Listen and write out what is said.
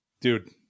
Dude